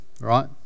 right